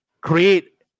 create